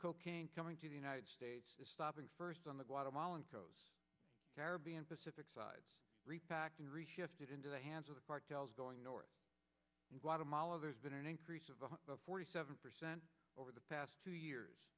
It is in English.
cocaine coming to the united states stopping first on the guatemalan coast caribbean pacific sides repacking reshift into the hands of the cartels going north in guatemala there's been an increase of forty seven percent over the past two years